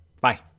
Bye